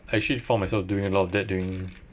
I actually found myself doing a lot of that during